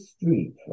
Street